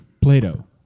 Plato